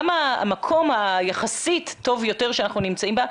גם המקום היחסית טוב יותר שאנחנו נמצאים בו,